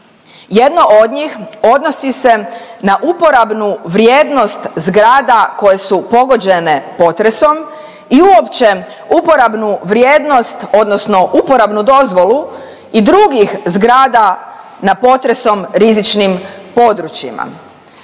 Jedno od njih odnosi se na uporabnu vrijednost zgrada koje su pogođene potresom i uopće uporabnu vrijednost odnosno uporabnu dozvolu i drugih zgrada na potresom rizičnim područjima.